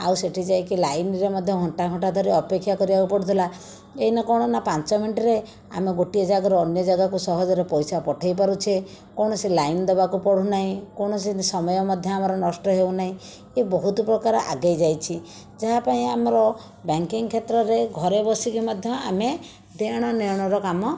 ଆଉ ସେଠି ଯାଇକି ଲାଇନ ରେ ମଧ୍ୟ ଘଣ୍ଟା ଘଣ୍ଟା ଧରି ଅପେକ୍ଷା କରିବାକୁ ପଡ଼ୁଥିଲା ଏଇନା କ'ଣ ନା ପାଞ୍ଚ ମିନିଟ୍ ରେ ଆମ ଗୋଟିଏ ଜାଗାରୁ ଅନ୍ୟ ଜାଗାକୁ ସହଜରେ ପଇସା ପଠାଇପାରୁଛେ କୌଣସି ଲାଇନ ଦେବାକୁ ପଡ଼ୁନାହିଁ କୌଣସି ସମୟ ମଧ୍ୟ ଆମର ନଷ୍ଟ ହେଉନାହିଁ ଏ ବହୁତପ୍ରକାର ଆଗାଇଯାଇଛି ଯାହା ପାଇଁ ଆମର ବ୍ୟାଙ୍କିଙ୍ଗ କ୍ଷେତ୍ରରେ ଘରେ ବସିକି ମଧ୍ୟ ଆମେ ଦେଣ ନେଣର କାମ